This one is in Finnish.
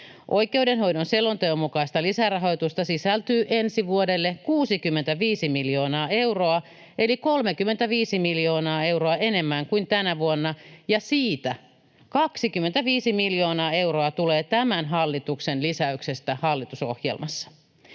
Oikeudenhoidon selonteon mukaista lisärahoitusta sisältyy ensi vuodelle 65 miljoonaa euroa eli 35 miljoonaa euroa enemmän kuin tänä vuonna, ja siitä 25 miljoonaa euroa tulee tämän hallituksen lisäyksestä hallitusohjelmassa.